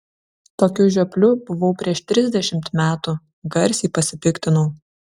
kokiu žiopliu buvau prieš trisdešimt metų garsiai pasipiktinau